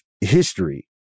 history